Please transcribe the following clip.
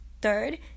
third